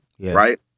Right